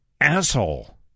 asshole